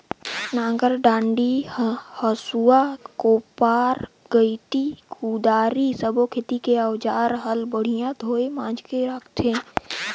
नांगर डांडी, हसुआ, कोप्पर गइती, कुदारी सब्बो खेती के अउजार हल बड़िया धोये मांजके राखथे